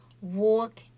walk